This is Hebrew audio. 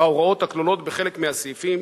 ההוראות הכלולות בחלק מהסעיפים,